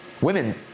women